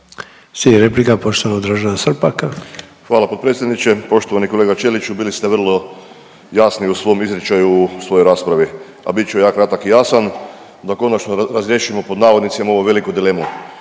Srpaka. **Srpak, Dražen (HDZ)** Hvala potpredsjedniče. Poštovani kolega Ćeliću bili ste vrlo jasni u svom izričaju u svojoj raspravi. A bit ću i ja kratak. Ja sam da konačno razriješimo „ovu veliku dilemu“,